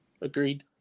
Agreed